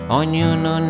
ognuno